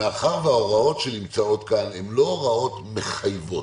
מאחר שההוראות שנמצאות כאן הן לא הוראות מחייבות,